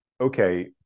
okay